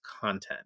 content